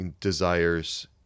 desires